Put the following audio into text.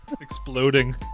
Exploding